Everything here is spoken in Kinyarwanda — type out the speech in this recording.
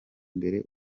imbere